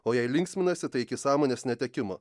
o jei linksminasi tai iki sąmonės netekimo